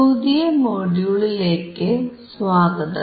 പുതിയ മൊഡ്യൂളിലേക്കു സ്വാഗതം